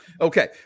Okay